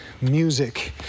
music